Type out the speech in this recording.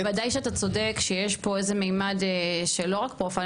בוודאי שאתה צודק שיש פה איזה ממד שהוא אל רק "פרופיילינג",